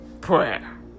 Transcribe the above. prayer